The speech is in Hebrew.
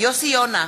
יוסי יונה,